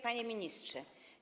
Panie Ministrze!